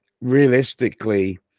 realistically